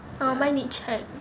oh mine did check